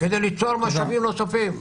כדי ליצור משאבים נוספים.